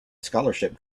scholarship